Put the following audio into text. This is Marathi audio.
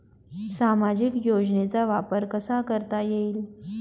सामाजिक योजनेचा वापर कसा करता येईल?